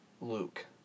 Luke